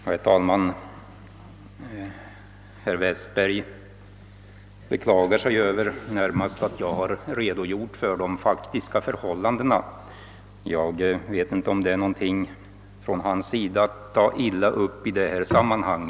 Herr talman! Herr Westberg beklagade sig över att jag har redogjort för de faktiska förhållandena. Jag vet inte om det är någonting som han behöver ta illa upp i detta sammanhang.